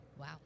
Wow